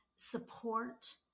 support